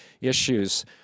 issues